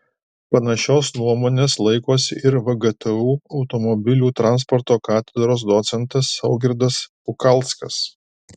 panašios nuomonės laikosi ir vgtu automobilių transporto katedros docentas saugirdas pukalskas